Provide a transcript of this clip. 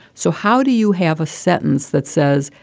so how do you have a sentence that says,